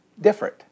different